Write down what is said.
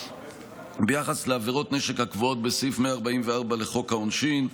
ביחס לעבירות נשק הקבועות בסעיף 144 לחוק העונשין.